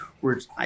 words